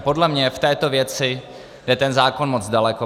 Podle mě v této věci jde ten zákon moc daleko.